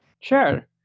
Sure